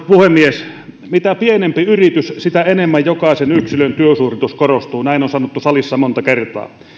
puhemies mitä pienempi yritys sitä enemmän jokaisen yksilön työsuoritus korostuu näin on sanottu salissa monta kertaa